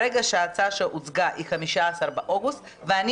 כרגע שההצעה שהוצגה היא 15 באוגוסט ואני